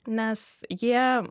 nes jie